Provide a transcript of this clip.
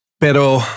Pero